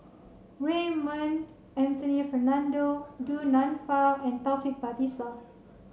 Raymond Anthony Fernando Du Nanfa and Taufik Batisah